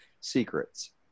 secrets